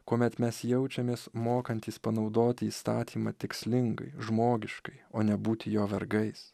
kuomet mes jaučiamės mokantys panaudoti įstatymą tikslingai žmogiškai o nebūti jo vergais